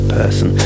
person